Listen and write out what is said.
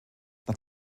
nach